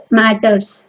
matters